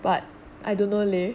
but I don't know leh